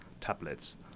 tablets